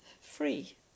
free